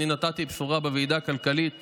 נתתי בשורה בוועידה הכלכלית